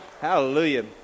hallelujah